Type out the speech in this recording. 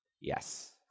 Yes